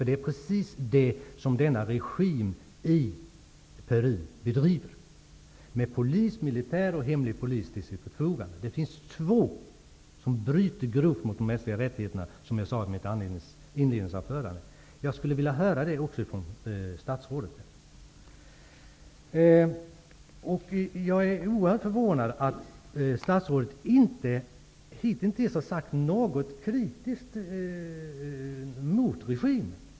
Det är precis det som denna regim i Peru bedriver med polis, militär och hemlig polis till sitt förfogande. Som jag sade i mitt inledningsanförande är det två som bryter grovt mot de mänskliga rättigheterna i Peru. Jag skulle vilja höra detta också från statsrådet. Jag är oerhört förvånad över att statsrådet hitintills inte har sagt någonting kritiskt mot regimen.